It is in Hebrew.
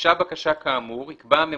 הוגשה בקשה כאמור, יקבע הממונה,